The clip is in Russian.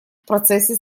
процессе